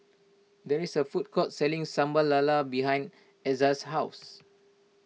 there is a food court selling Sambal Lala behind Exa's house